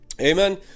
amen